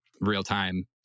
real-time